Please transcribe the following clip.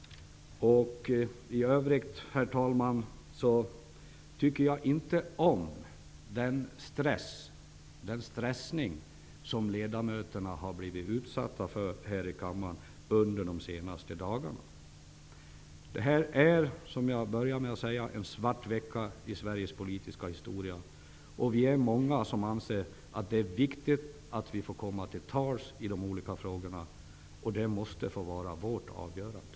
För övrigt så tycker jag inte om den stress som ledamöterna har blivit utsatta för här i kammaren under de senaste dagarna. Som jag inledde med att säga är det här en svart vecka i Sveriges politiska historia. Vi är många som anser att det är viktigt att vi får komma till tals i de olika frågorna. Det måste vara upp till oss att avgöra det.